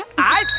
i